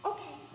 Okay